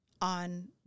on